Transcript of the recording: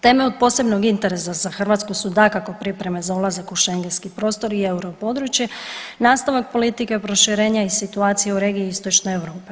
Teme od posebnog interesa za Hrvatsku su dakako pripreme za ulazak u Schengenski prostor i europodručje, nastavak politike proširenja i situacije u regiji Istočne Europe.